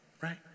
right